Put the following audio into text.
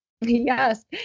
Yes